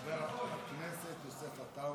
חבר הכנסת יוסף עטאונה,